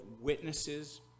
witnesses